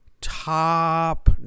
top